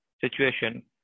situation